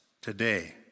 today